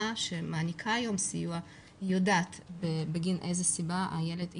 שמעניקה היום סיוע יודעת בגין איזו סיבה הילד התייתם.